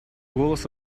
голос